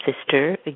sister